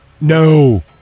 No